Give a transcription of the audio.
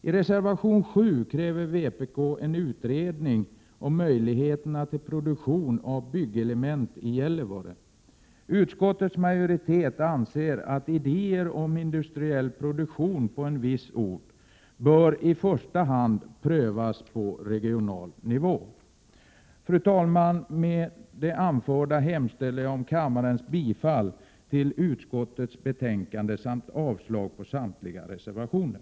I reservation 7 kräver vpk en utredning om möjligheterna till produktion av byggelement i Gällivare. Utskottets majoritet anser att idéer om industriell produktion på en viss ort bör prövas på i första hand regional nivå. Fru talman! Med det anförda hemställer jag om kammarens bifall till utskottets hemställan samt avslag på samtliga reservationer.